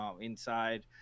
inside